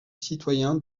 citoyen